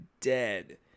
dead